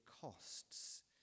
costs